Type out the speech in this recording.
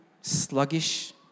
sluggish